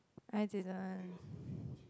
I didn't